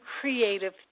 creative